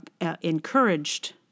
encouraged